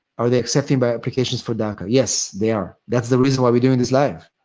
are they accepting but applications for daca? yes, they are. that's the reason why we're doing this live,